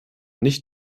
nicht